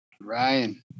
Ryan